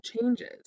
changes